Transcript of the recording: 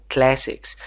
Classics